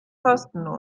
kostenlos